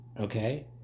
Okay